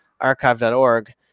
archive.org